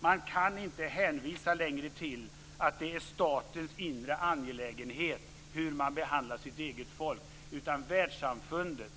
Man kan inte längre hänvisa till att det är statens inre angelägenhet hur man behandlar sitt eget folk utan världssamfundets.